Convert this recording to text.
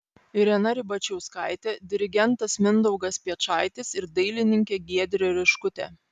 irena ribačiauskaitė dirigentas mindaugas piečaitis ir dailininkė giedrė riškutė